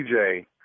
DJ